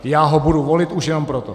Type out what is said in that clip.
Já ho budu volit už jenom proto.